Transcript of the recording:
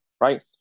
right